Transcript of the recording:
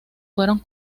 fueron